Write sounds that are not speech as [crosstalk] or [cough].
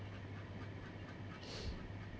[breath]